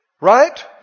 Right